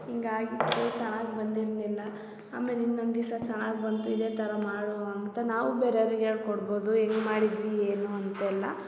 ಹಿಂಗ್ ಆಗಿತ್ತು ಚೆನ್ನಾಗಿ ಬಂದಿರಲಿಲ್ಲ ಆಮೇಲೆ ಇನ್ನೊಂದು ದಿವಸ ಚೆನ್ನಾಗಿ ಬಂತು ಇದೇ ಥರ ಮಾಡುವ ಅಂತ ನಾವೂ ಬೇರೆವ್ರಿಗೆ ಹೇಳಿಕೊಡ್ಬೌದು ಹೆಂಗ್ ಮಾಡಿದ್ವಿ ಏನು ಅಂತೆಲ್ಲ